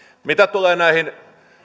mitä tulee näihin